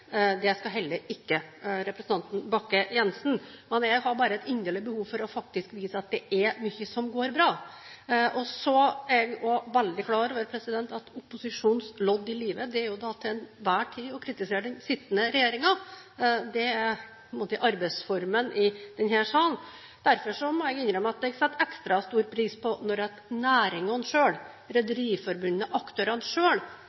Det skal heller ikke representanten Bakke-Jensen. Jeg har bare et inderlig behov for å vise at det er mye som går bra. Så er jeg veldig klar over at opposisjonens lodd i livet er til enhver tid å kritisere den sittende regjeringen. Det er på en måte arbeidsformen i denne salen. Derfor må jeg innrømme at jeg setter ekstra stor pris på at